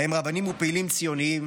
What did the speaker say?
בהם רבנים ופעילים ציונים,